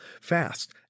fast